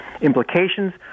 implications